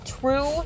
true